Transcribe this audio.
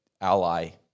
ally